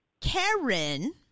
Karen